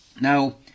Now